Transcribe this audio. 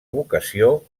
vocació